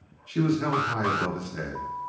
she was held high above his head,